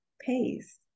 pace